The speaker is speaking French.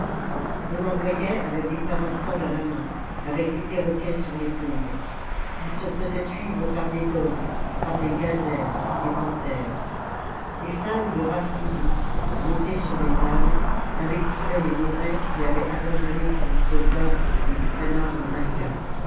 on en voyait avec des parasols à la main avec des perroquets sur l'épaule ils se faisaient suivre par des dogues par des gazelles ou des panthères des femmes de race libyque montées sur des ânes invectivaient les négresses qui avaient abandonné pour les soldats les lupanars de malqua